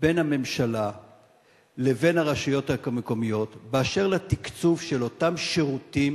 בין הממשלה לבין הרשויות המקומיות באשר לתקצוב של אותם שירותים